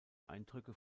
eindrücke